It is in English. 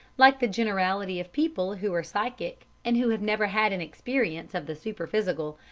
like the generality of people who are psychic and who have never had an experience of the superphysical,